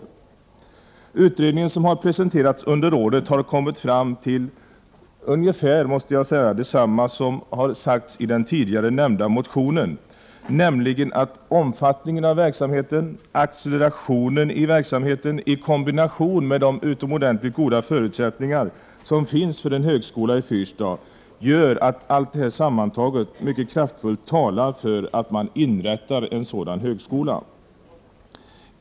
I utredningen, som har presenterats under året, har man kommit fram till ungefär detsamma som har uttalats i den tidigare nämnda motionen, nämligen att omfattningen av verksamheten, accelerationen i verksamheten i kombination med de utomordentligt goda förutsättningar som finns för en högskola i Fyrstad gör att allt detta sammantaget mycket kraftfullt talar för att man inrättar en sådan högskola.